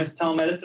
telemedicine